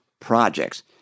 projects